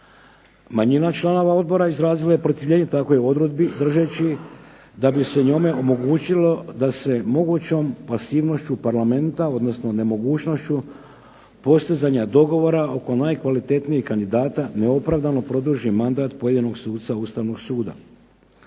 Manjina članova odbora izrazila je protivljenje takvoj odredbi, držeći da bi se njome omogućilo da se mogućom pasivnošću Parlamenta odnosno nemogućnošću postizanja dogovora oko najkvalitetnijeg kandidata neopravdano produži mandat pojedinog suca Ustavnog suda.